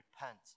repent